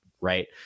right